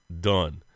done